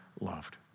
loved